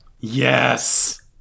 Yes